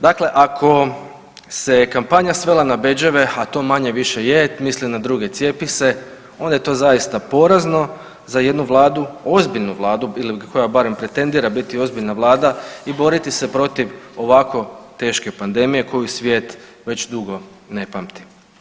Dakle, ako se kampanja svela na bedževe, a to manje-više je „Misli na druge, cijepi se“ onda je to zaista porazno za jednu vladu, ozbiljnu vladu ili koja barem pretendira biti ozbiljna vlada i boriti se protiv ovako teške pandemije koju svijet već dugo ne pamti.